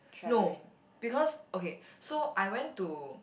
no because okay so I went to